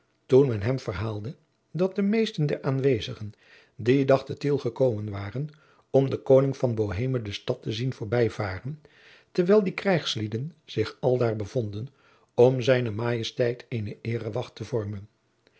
toen men hem verhaalde dat de meesten der aanwezigen dien dag te tiel gekomen waren om den koning van boheme de stad te zien voorbij varen terwijl die krijgslieden zich aldaar bevonden om z m eene eerewacht te vormen